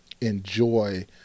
enjoy